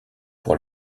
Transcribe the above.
pour